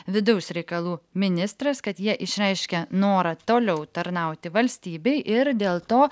vidaus reikalų ministras kad jie išreiškė norą toliau tarnauti valstybei ir dėl to